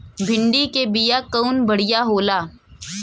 भिंडी के बिया कवन बढ़ियां होला?